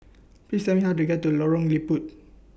Please Tell Me How to get to Lorong Liput